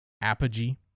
apogee